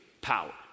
power